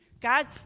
God